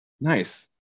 Nice